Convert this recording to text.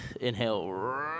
Inhale